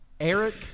Eric